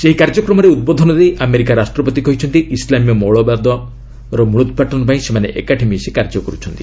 ସେହି କାର୍ଯ୍ୟକ୍ରମରେ ଉଦ୍ବୋଧନ ଦେଇ ଆମେରିକାର ରାଷ୍ଟ୍ରପତି କହିଛନ୍ତି ଇସ୍ଲାମୀୟ ମୌଳବାଦୀର ମ୍ବଳୋତ୍ପାଟନ ପାଇଁ ସେମାନେ ଏକାଠି ମିଶି କାର୍ଯ୍ୟ କରୁଛନ୍ତି